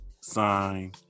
sign